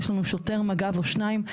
יש לנו שוטר מג"ב או שניים.